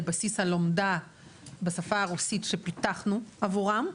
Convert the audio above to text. בסיס הלומדה בשפה הרוסית שפיתחנו עבורם,